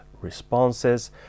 responses